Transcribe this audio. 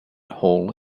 hall